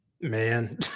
Man